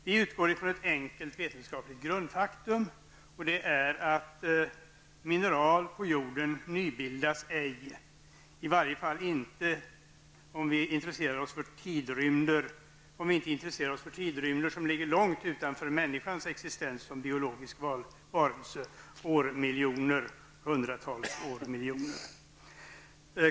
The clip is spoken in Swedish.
Vi utgår från ett enkelt vetenskapligt grundfaktum, nämligen att mineral på jorden ej nybildas, i varje fall om vi inte intresserar oss för tidsrymder långt utanför människans existens som biologisk varelse. Det rör sig om hundratals miljoner år framåt i tiden.